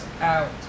out